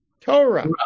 Torah